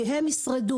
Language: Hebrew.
כי הן ישרדו,